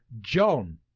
John